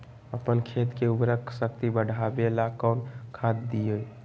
अपन खेत के उर्वरक शक्ति बढावेला कौन खाद दीये?